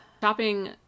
shopping